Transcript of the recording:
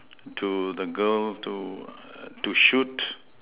to the girl to err to shoot